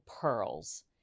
PEARLS